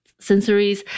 sensories